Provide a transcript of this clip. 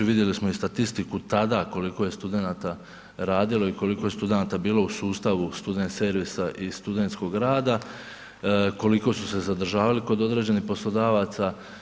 Vidjeli smo statistiku tada koliko je studenata radilo i koliko je studenata bilo u sustavu student servisa i studentskog rada, koliko su se zadržavali kod određenih poslodavaca.